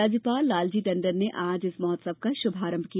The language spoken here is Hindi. राज्यपाल लालजी टंडन ने आज इस महोत्सव का शुभारंभ किया